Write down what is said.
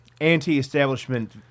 anti-establishment